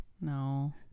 No